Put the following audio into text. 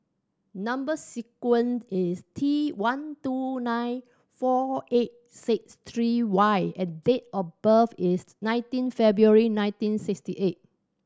number sequence is T one two nine four eight six three Y and date of birth is nineteen February nineteen sixty eight